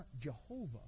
Jehovah